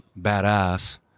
badass